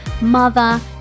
mother